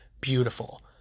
beautiful